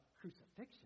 crucifixion